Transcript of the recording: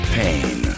pain